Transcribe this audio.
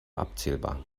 abzählbar